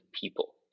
people